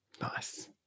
Nice